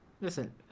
Listen